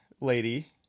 lady